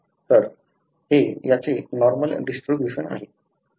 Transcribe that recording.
तर हे याचे नॉर्मल डिस्ट्रिब्युशन आहे